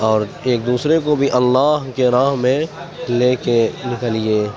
اور ایک دوسرے کو بھی اللہ کے راہ میں لے کے نکلیے